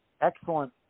excellent